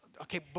Okay